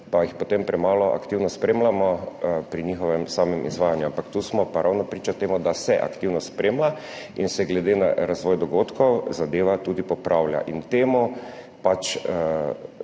pa jih premalo aktivno spremljamo pri samem izvajanju. Ampak tu smo pa ravno priča temu, da se aktivno spremlja in se glede na razvoj dogodkov zadeva tudi popravlja